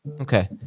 Okay